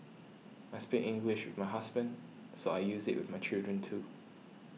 I speak English with my husband so I use it with my children too